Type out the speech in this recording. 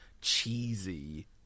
cheesy